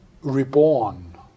reborn